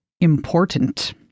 Important